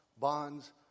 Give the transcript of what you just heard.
bonds